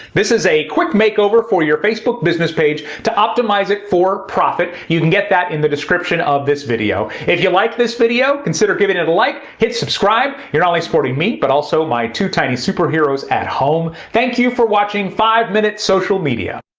this is a quick makeover for your facebook business page to optimize it for profit. you can get that in the description of this video. if you like this video consider giving it a like, hit subscribe. you're not supporting me but also my two tiny superheroes at home. thank you for watching five minute social media